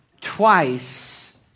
twice